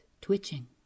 twitching